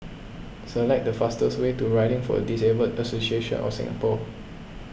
select the fastest way to Riding for the Disabled Association of Singapore